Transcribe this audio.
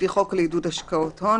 לפי חוק לעידוד השקעות הון,